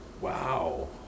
Wow